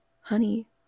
honey